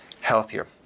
healthier